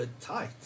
tight